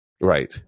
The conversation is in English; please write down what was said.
right